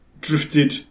drifted